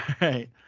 Right